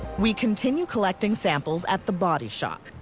we continue collecting samples at the body shop.